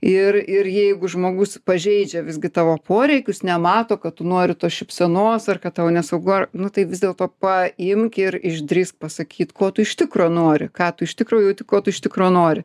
ir ir jeigu žmogus pažeidžia visgi tavo poreikius nemato kad tu nori tos šypsenos ar kad tau nesaugu ar nu tai vis dėlto paimk ir išdrįsk pasakyt ko tu iš tikro nori ką tu iš tikro jauti ko tu iš tikro nori